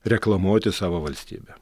reklamuoti savo valstybę